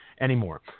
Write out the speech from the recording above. anymore